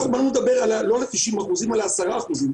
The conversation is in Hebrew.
אנחנו באנו לדבר לא על ה-90 אחוזים אלא על העשרה אחוזים.